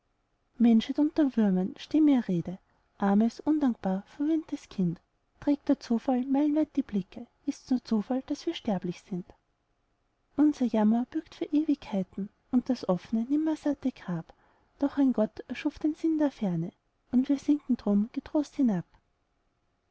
menschheit unter würmern steh mir rede armes undankbar verwöhntes kind trägt der zufall meilenweit die blicke ist's nur zufall daß wir sterblich sind unser jammer bürgt für ewigkeiten und das offne nimmersatte grab doch ein gott erschuf den sinn der ferne und wir sinken drum getrost hinab